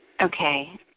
Okay